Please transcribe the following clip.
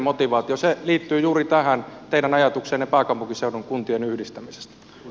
se liittyy juuri tähän teidän ajatukseenne pääkaupunkiseudun kuntien yhdistämisestä